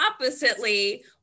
oppositely